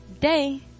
day